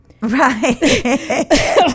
Right